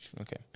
Okay